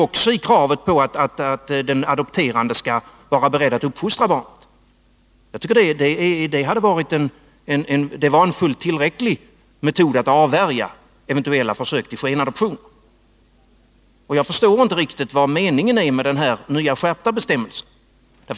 Även kravet på att den adopterande skall vara beredd att uppfostra barnet tycker jag hade varit fullt tillräckligt för att avvärja eventuella försök till skenadoption. Jag förstår alltså inte vad meningen är med den nya, skärpta bestämmelsen.